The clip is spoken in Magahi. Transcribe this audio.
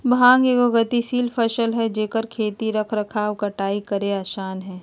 भांग एगो गतिशील फसल हइ जेकर खेती रख रखाव कटाई करेय आसन हइ